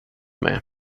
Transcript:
med